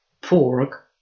pork